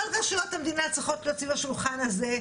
כל רשויוות המדינה צריכות להיות סביב השולחן הזה,